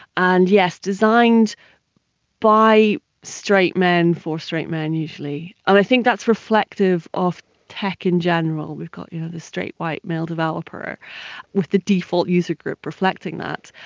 and yes, designed by straight men for straight men usually, and i think that's reflective of tech in general, we've got you know the straight white male developer with the default user group reflecting that,